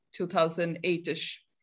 2008-ish